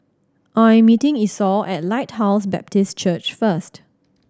I am meeting Esau at Lighthouse Baptist Church first